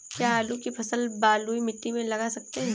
क्या आलू की फसल बलुई मिट्टी में लगा सकते हैं?